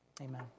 Amen